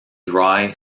dry